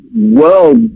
world